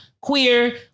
queer